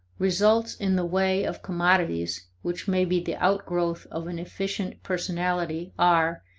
results in the way of commodities which may be the outgrowth of an efficient personality are,